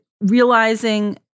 realizing